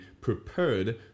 prepared